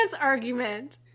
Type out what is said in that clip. argument